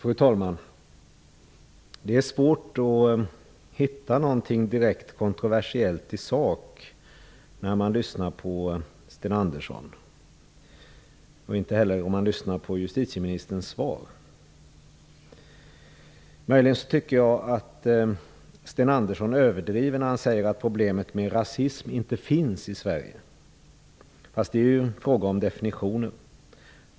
Fru talman! Det är svårt att hitta något direkt kontroversiellt i sak när man lyssnar på Sten Andersson i Malmö och på justitieministerns svar. J ag tycker att Sten Andersson överdriver när han säger att problemet med rasism inte finns i Sverige. Det är fråga om definitioner.